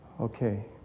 okay